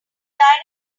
direct